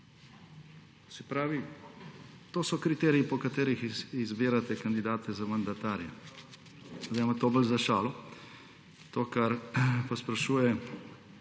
se pravi, to so kriteriji po katerih izbirate kandidata za mandatarja. Zdaj to bolj za šalo. To, kar pa sprašuje